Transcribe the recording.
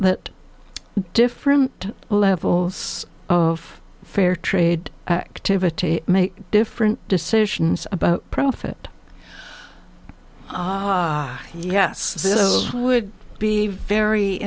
that different levels of fair trade activity make different decisions about profit yes this is would be very